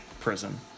prison